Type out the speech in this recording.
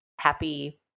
happy